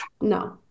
No